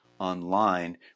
online